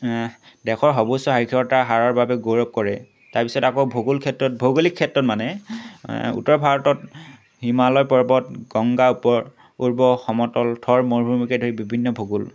দেশৰ সৰ্বোচ্চ সাক্ষৰতা হাৰৰ বাবে গৌৰৱ কৰে তাৰপিছত আকৌ ভূগোল ক্ষেত্ৰত ভৌগোলিক ক্ষেত্ৰত মানে উত্তৰ ভাৰতত হিমালয় পৰ্বত গংগা ওপৰ উৰ্ব সমতল থৰ মৰুভূমিকে ধৰি বিভিন্ন ভূগল